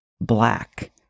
Black